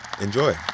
Enjoy